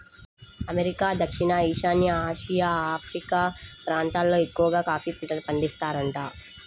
America, దక్షిణ ఈశాన్య Asia, Africa ప్రాంతాలల్లో ఎక్కవగా కాఫీ పంటను పండిత్తారంట